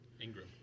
Ingram